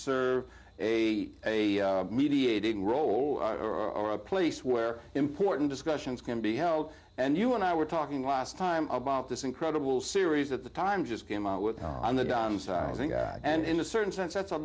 serve a a mediating role or a place where important discussions can be held and you and i were talking last time about this incredible series at the time just came out with on the downsizing and in a certain sense that's a